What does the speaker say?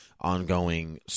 ongoing